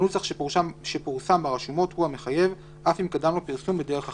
הנוסח שפורסם ברשומות הוא המחייב אף אם קדם לו פרסום בדרך אחרת."